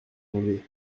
enlevé